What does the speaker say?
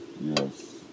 Yes